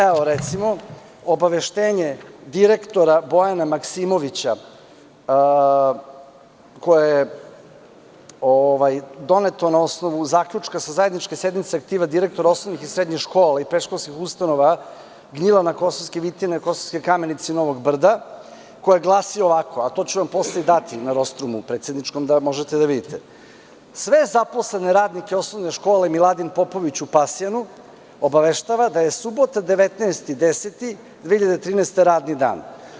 Evo recimo, obaveštenje direktora Bojana Maksimovića, doneto je na osnovu zaključka sa zajedničke sednice direktora osnovnih i srednjih škola i predškolskih ustanova Gnjilane, Kosovske Vitine, Kosovske Kamenice i Novog Brda, a koje glasi ovako, a to ću vam posle i dati da možete da vidite: „sve zaposlene radnike osnovne škole „Miladin Popović“ u Pasjanu, obaveštava da je subota 19. oktobar 2013. godine, radni dan.